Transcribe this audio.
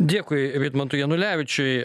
dėkui vidmantui janulevičiui